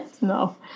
no